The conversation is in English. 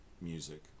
music